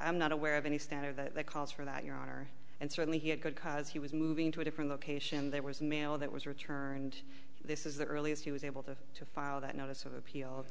i'm not aware of any standard that calls for that your honor and certainly he had good because he was moving to a different location there was a mail that was returned this is the earliest he was able to file that notice of appeal